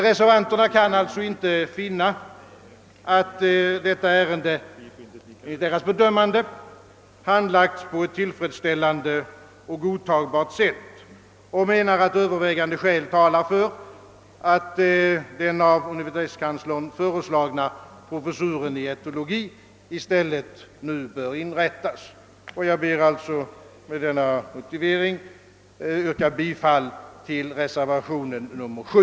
Reservanterna kan alltså inte finna, att detta ärende handlagts på ett tillfredsställande och godtagbart sätt och menar att övervägande skäl talar för att den av universitetskanslern föreslagna professuren i etologi nu skall inrättas. Jag ber att med denna motivering få yrka bifall till reservation 7.